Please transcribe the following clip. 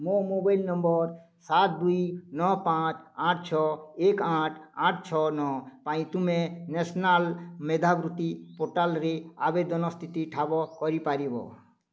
ମୋ mobile number ସାତ ଦୁଇ ନଅ ପାଞ୍ଚ ଆଠ ଛଅ ଏକ ଆଠ ଆଠ ଛଅ ନଅ ପାଇଁ ତୁମେ ନ୍ୟାସନାଲ୍ ମେଧାବୃତ୍ତି ପୋର୍ଟାଲ୍ରେ ଆବେଦନ ସ୍ଥିତି ଠାବ କରିପାରିବ